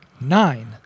nine